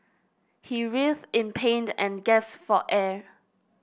he writhed in pain and gasped for air